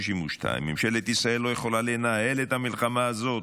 62. ממשלת ישראל לא יכולה לנהל את המלחמה הזאת.